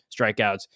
strikeouts